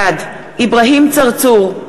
בעד אברהים צרצור,